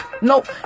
Nope